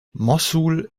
mossul